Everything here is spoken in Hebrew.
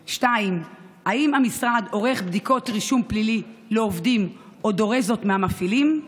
2. האם המשרד עורך בדיקות רישום פלילי לעובדים או דורש זאת מהמפעילים?